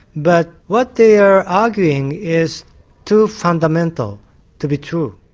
but what they are arguing is too fundamental to be true.